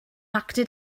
acted